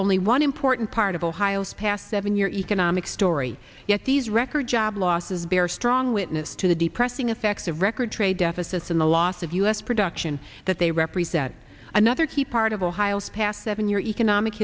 only one important part of ohio's past seven years economic story yet these record job losses bear strong witness to the depressing effects of record trade deficits and the loss of us production that they represent another key part of ohio's past seven years economic